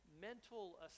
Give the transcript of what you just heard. mental